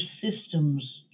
systems